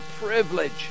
privilege